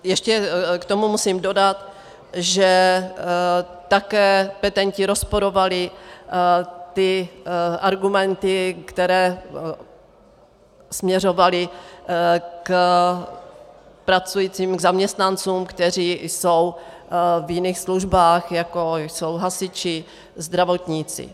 Ještě k tomu musím dodat, že také petenti rozporovali ty argumenty, které směřovaly k pracujícím, k zaměstnancům, kteří jsou v jiných službách, jako jsou hasiči, zdravotníci.